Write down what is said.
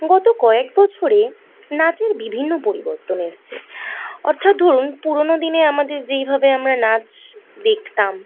গত কয়েক বছরে নাচের বিভিন্ন পরিবর্তন এসেছে অর্থাৎ ধরুন পুরনো দিনে আমাদের যেইভাবে আমরা নাচ দেখতাম